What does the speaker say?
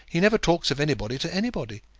he never talks of anybody to anybody.